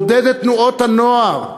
לעודד את תנועות הנוער,